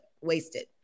wasted